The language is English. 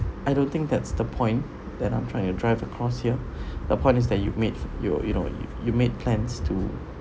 I don't think that's the point that I'm trying to drive across here the point is that you made your you know you you made plans to